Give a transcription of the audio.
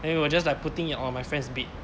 then we were just like putting it on my friend's bed